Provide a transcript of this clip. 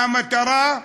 והמטרה,